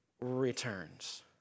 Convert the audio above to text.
returns